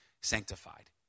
sanctified